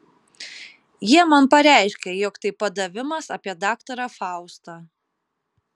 jie man pareiškė jog tai padavimas apie daktarą faustą